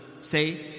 say